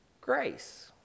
grace